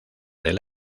del